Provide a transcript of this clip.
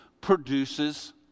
produces